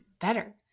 better